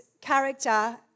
character